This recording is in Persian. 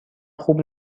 خوب